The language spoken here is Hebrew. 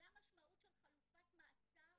זו המשמעות של חלופת מעצר